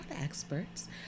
experts